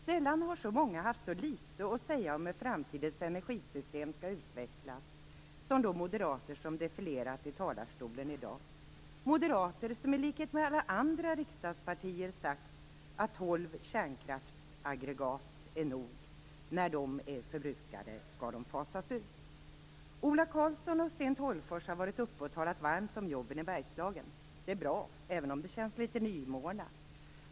Sällan har så många haft så litet att säga om hur framtidens energisystem skall utvecklas som de moderater som har defilerat i talarstolen i dag. Det är moderater som, i likhet med alla andra riksdagsledamöter, har sagt att tolv kärnkraftsaggregat är nog och att när de är förbrukade skall de fasas ut. Ola Karlsson och Sten Tolgfors har varit uppe i debatten och talat väl om jobben i Bergslagen. Det är bra, även om det känns litet nymornat.